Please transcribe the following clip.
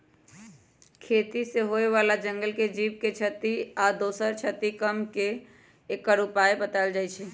खेती से होय बला जंगल के जीव के क्षति आ दोसर क्षति कम क के एकर उपाय् बतायल जाइ छै